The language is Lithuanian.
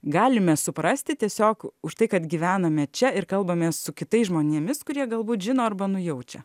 galime suprasti tiesiog už tai kad gyvename čia ir kalbamės su kitais žmonėmis kurie galbūt žino arba nujaučia